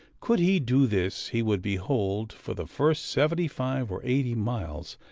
could he do this, he would behold, for the first seventy-five or eighty miles,